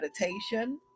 meditation